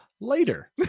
later